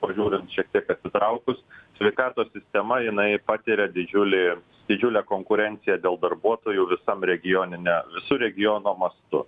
pažiūrint šiek tiek atsitraukus sveikatos sistema jinai patiria didžiulį didžiulę konkurenciją dėl darbuotojų viskam regioninę visu regiono mastu